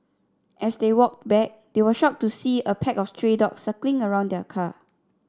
as they walked back they were shocked to see a pack of stray dogs circling around the car